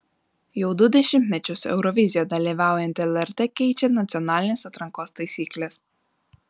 jau du dešimtmečius eurovizijoje dalyvaujanti lrt keičia nacionalinės atrankos taisykles